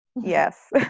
Yes